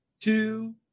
two